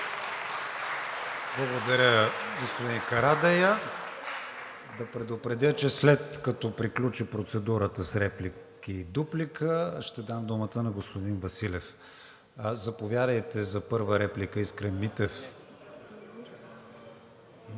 Благодаря, господин Карадайъ. Да предупредя, че след като приключи процедурата с реплики и дуплика, ще дам думата на господин Василев. Заповядайте за първа реплика. ДИМИТЪР